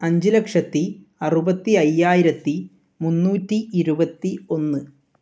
അഞ്ച് ലക്ഷത്തി അറുപത്തി അയ്യായിരത്തി മുന്നൂറ്റി ഇരുപത്തിയൊന്ന്